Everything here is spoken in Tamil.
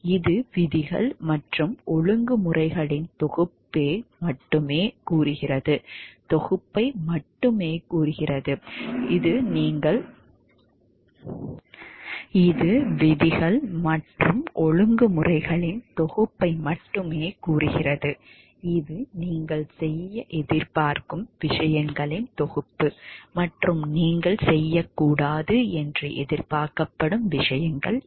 இது விதிகள் மற்றும் ஒழுங்குமுறைகளின் தொகுப்பை மட்டுமே கூறுகிறது இது நீங்கள் செய்ய எதிர்பார்க்கும் விஷயங்களின் தொகுப்பு மற்றும் நீங்கள் செய்யக்கூடாது என்று எதிர்பார்க்கப்படும் விஷயங்கள் இவை